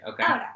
Okay